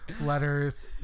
letters